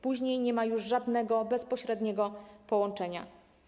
Później nie ma już żadnego bezpośredniego połączenia.